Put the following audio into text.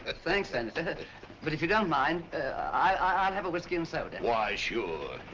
ah thanks, senator but if you don't mind i'll have a whiskey and soda. why sure.